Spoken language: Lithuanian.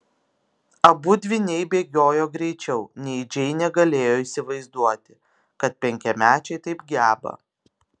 abu dvyniai bėgiojo greičiau nei džeinė galėjo įsivaizduoti kad penkiamečiai taip geba